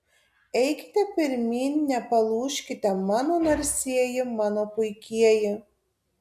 eikite pirmyn nepalūžkite mano narsieji mano puikieji